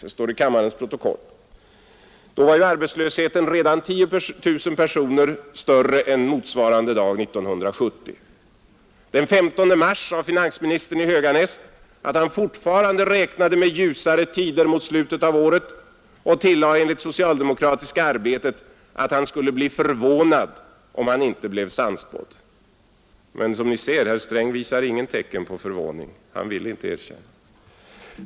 Det står i kammarens protokoll. Då var ju arbetslösheten redan 10 000 personer större än motsvarande dag 1970. Den 15 mars sade finansministern i Höganäs att han fortfarande räknade med ljusare tider mot slutet av året och tillade enligt socialdemokratiska Arbetet att han skulle bli förvånad om han inte blev sannspådd. Men, som ni ser, herr Sträng visar inga tecken till förvåning. Han vill inte erkänna.